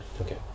Okay